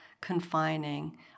confining